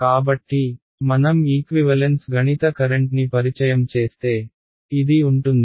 కాబట్టి మనం ఈక్వివలెన్స్ గణిత కరెంట్ని పరిచయం చేస్తే ఇది ఉంటుంది